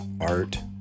art